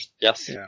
Yes